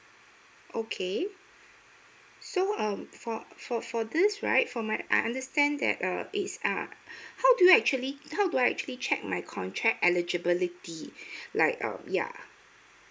okay so um for for for this right for my I understand that uh is uh how do you actually how do I actually check my contract eligibility like um ya